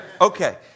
Okay